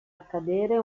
accadere